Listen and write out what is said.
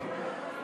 האולטימטיבי.